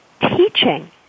teaching